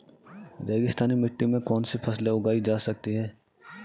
रेगिस्तानी मिट्टी में कौनसी फसलें उगाई जा सकती हैं?